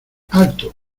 alto